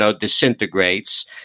disintegrates